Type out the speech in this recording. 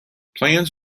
plans